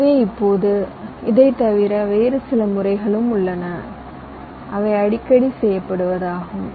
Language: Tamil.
எனவே இப்போது இதைத் தவிர வேறு சில முறைகளும் உள்ளன அவை அடிக்கடி செய்யப்படுவதாகும்